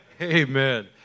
Amen